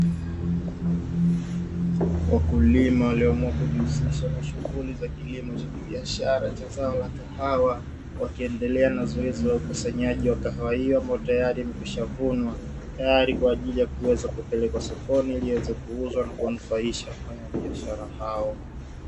Wakulima walioamua kujihusisha na shughuli za kilimo cha kibiashara cha zao la kahawa, wakiendelea na zoezi la ukusanyaji wa kahawa hiyo ambayo tayari imekwisha vunwa, tayari kwa ajili ya kuweza kupelekwa sokoni ili ziweze kuuzwa na kunufaisha wafanyabiashara hao.